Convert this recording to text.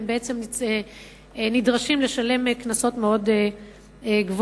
והם בעצם נדרשים לשלם קנסות מאוד גבוהים.